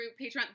Patreon